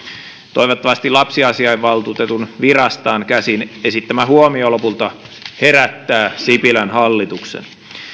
toivottavasti lapsiasiainvaltuutetun virastaan käsin esittämä huomio lopulta herättää sipilän hallituksen